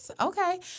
Okay